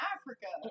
Africa